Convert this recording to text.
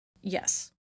yes